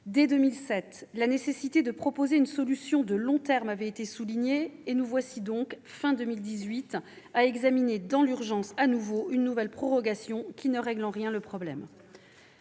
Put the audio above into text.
Dès 2007, la nécessité de proposer une solution de long terme avait été soulignée. Et nous nous trouvons donc, à la fin de 2018, à devoir examiner dans l'urgence une nouvelle prorogation qui ne règle en rien le problème.